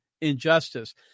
injustice